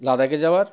লাদাখে যাওয়ার